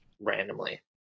randomly